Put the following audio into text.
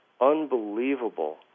unbelievable